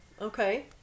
Okay